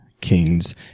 kings